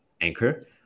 Anchor